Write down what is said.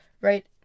right